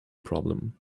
problem